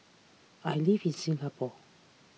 I live in Singapore